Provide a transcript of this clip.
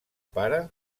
pare